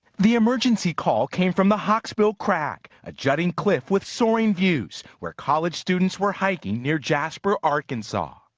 the emergency call came from the hawksbill crag, a jutting cliff with soaring views where college students were hiking near jasper, arkansas.